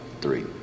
Three